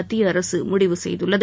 மத்திய அரசு முடிவு செய்துள்ளது